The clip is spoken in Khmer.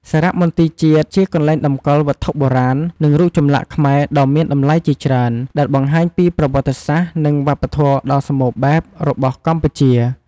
សារមន្ទីរជាតិ ជាកន្លែងតម្កល់វត្ថុបុរាណ និងរូបចម្លាក់ខ្មែរដ៏មានតម្លៃជាច្រើន ដែលបង្ហាញពីប្រវត្តិសាស្ត្រ និងវប្បធម៌ដ៏សម្បូរបែបរបស់កម្ពុជា។